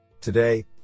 Today